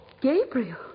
Gabriel